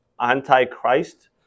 anti-Christ